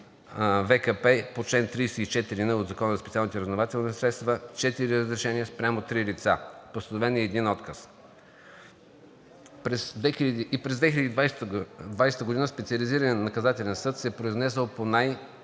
ВКП по чл. 34н от Закона за специалните разузнавателни средства – 4 разрешения спрямо 3 лица. Постановен е и един отказ. И през 2020 г. Специализираният наказателен съд се е произнесъл по